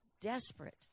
desperate